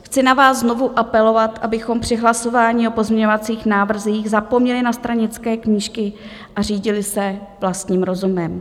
Chci na vás znovu apelovat, abychom při hlasování o pozměňovacích návrzích zapomněli na stranické knížky a řídili se vlastním rozumem.